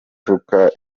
atuka